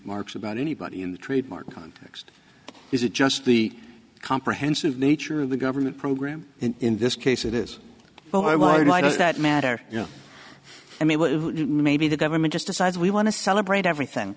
marks about anybody in the trademark context is it just the comprehensive nature of the government program in this case it is but why why does that matter you know i mean maybe the government just decides we want to celebrate everything